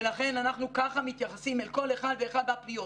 ולכן אנחנו ככה מתייחסים אל כל אחת ואחת מהפניות.